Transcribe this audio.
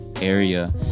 area